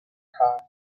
kite